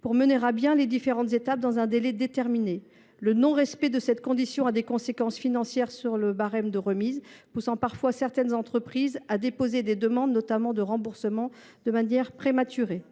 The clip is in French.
pour mener à bien les différentes étapes dans un délai déterminé. Le non respect de cette condition a des conséquences financières sur le barème des remises, poussant parfois certaines entreprises à déposer des demandes, notamment de remboursement, de manière prématurée.